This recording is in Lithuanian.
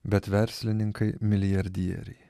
bet verslininkai milijardieriai